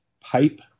pipe